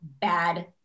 bad